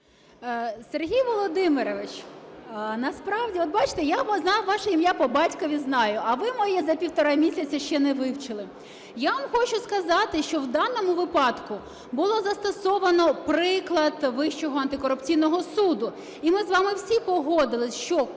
Сергій Володимирович, насправді… От бачите, я знаю ваше ім'я, по батькові знаю, а ви моє за півтора місяці ще не вивчили. Я вам хочу сказати, що в даному випадку було застосовано приклад Вищого антикорупційного суду. І ми з вами всі погодилися, що